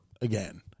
again